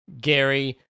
Gary